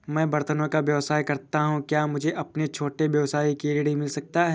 मैं बर्तनों का व्यवसाय करता हूँ क्या मुझे अपने छोटे व्यवसाय के लिए ऋण मिल सकता है?